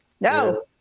no